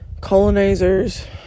colonizers